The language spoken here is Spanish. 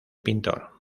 pintor